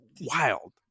wild